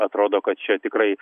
atrodo kad čia tikrai